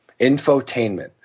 infotainment